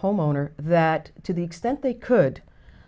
homeowner that to the extent they could